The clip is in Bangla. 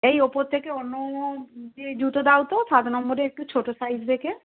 এই ওপর থেকে অন্য যে জুতো দাও তো সাত নম্বরে একটু ছোট সাইজ দেখে